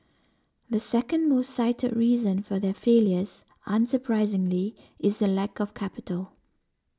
the second most cited reason for their failures unsurprisingly is the lack of capital